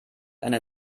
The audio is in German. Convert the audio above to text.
eine